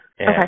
Okay